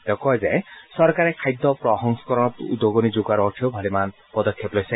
তেওঁ কয় যে চৰকাৰে খাদ্য প্ৰসংস্কৰণত উদগণি যোগোৱাৰ অৰ্থেও ভালেমান পদক্ষেপ লৈছে